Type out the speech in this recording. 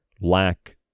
lack